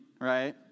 right